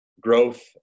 growth